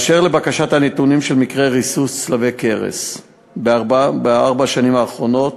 2 3. באשר לבקשת הנתונים על מקרי ריסוס צלבי קרס בארבע השנים האחרונות,